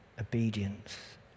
obedience